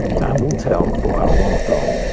time will tell for how long though.